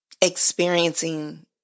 experiencing